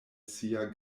sia